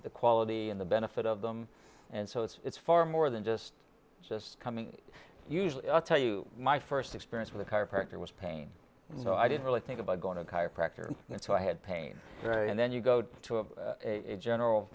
the quality and the benefit of them and so it's far more than just just coming usually i tell you my first experience with a chiropractor was pain so i didn't really think about going to chiropractor and so i had pain and then you go to a general